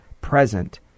present